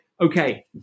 okay